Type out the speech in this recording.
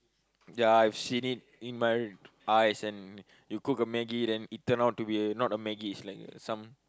ya I have seen it in my eyes and you cook a Maggi and then it turn out to be not a Maggi it's like some